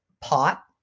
pot